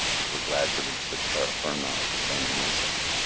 we were glad to reach the terra firma of the standing ice edge.